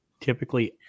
typically